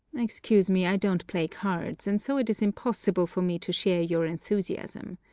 excuse me, i don't play cards, and so it is impossible for me to share your enthusiasm.